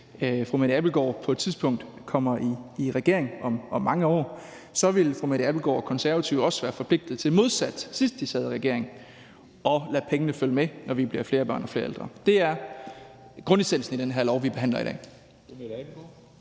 hvis fru Mette Abildgaard på et tidspunkt kommer i regering om mange år, så vil Konservative og fru Mette Abildgaard også være forpligtet til, modsat sidst de sad i regering, at lade pengene følge med, når vi bliver flere børn og flere ældre. Det er grundessensen i den her lov, vi behandler i dag.